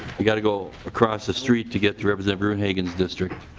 you've got to go across the street to get to representative gruenhagen's district.